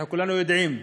אנחנו כולנו יודעים: